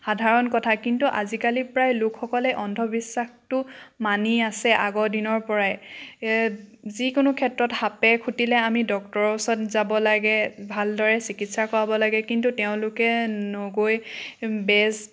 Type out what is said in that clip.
সাধাৰণ কথা কিন্তু আজিকালি প্ৰায় লোকসকলে অন্ধবিশ্বাসটো মানি আছে আগৰ দিনৰ পৰাই যিকোনো ক্ষেত্ৰত সাপে খুটিলে আমি ডক্টৰৰ ওচৰত যাব লাগে ভালদৰে চিকিৎসা কৰাব লাগে কিন্তু তেওঁলোকে নগৈ বেজ